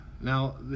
Now